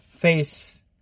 Face